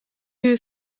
you